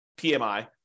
PMI